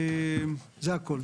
זה הכול.